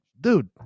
dude